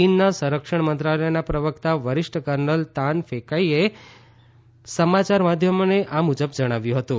ચીનના સંરક્ષણ મંત્રાલયના પ્રવક્તા વરિષ્ઠ કર્નલ તાન કેફાઇએ સમાચાર માધ્યમોને આ મુજબ જણાવ્યું હતું